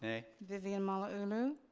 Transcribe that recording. nay. vivian malauulu